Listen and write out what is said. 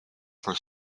for